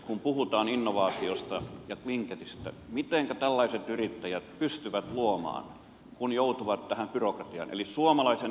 kun puhutaan innovaatiosta ja cleantechistä mitenkä tällaiset yrittäjät pystyvät luomaan kun joutuvat tähän byrokratiaan